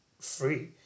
free